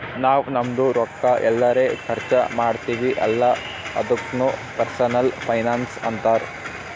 ನಾವ್ ನಮ್ದು ರೊಕ್ಕಾ ಎಲ್ಲರೆ ಖರ್ಚ ಮಾಡ್ತಿವಿ ಅಲ್ಲ ಅದುಕ್ನು ಪರ್ಸನಲ್ ಫೈನಾನ್ಸ್ ಅಂತಾರ್